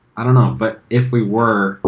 i don't know, but if we were, ah